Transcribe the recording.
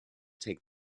take